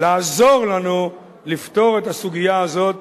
לעזור לנו לפתור את הסוגיה הזאת